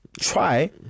try